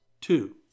two